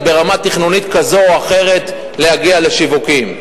ברמה תכנונית כזאת או אחרת להגיע לשיווקים.